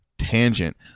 Tangent